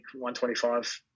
125